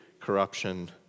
corruption